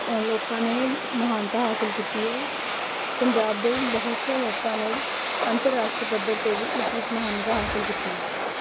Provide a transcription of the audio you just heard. ਲੋਕਾਂ ਨੇ ਮਹਾਨਤਾ ਹਾਸਿਲ ਕੀਤੀ ਹੈ ਪੰਜਾਬ ਦੇ ਬਹੁਤ ਸੇ ਲੋਕਾਂ ਨੇ ਅੰਤਰਰਾਸ਼ਟਰੀ ਪੱਧਰ 'ਤੇ ਵੀ ਇਸ ਵਿੱਚ ਮਹਾਨਤਾ ਹਾਸਿਲ ਕੀਤੀ ਹੈ